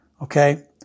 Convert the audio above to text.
Okay